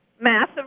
massive